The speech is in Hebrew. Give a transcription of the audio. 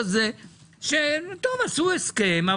שעשו הסכם,